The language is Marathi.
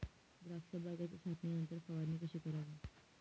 द्राक्ष बागेच्या छाटणीनंतर फवारणी कशी करावी?